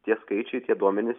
tie skaičiai tie duomenys